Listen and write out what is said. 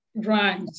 Right